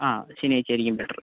ആ ശനിയാഴ്ച ആയിരിക്കും ബെറ്റർ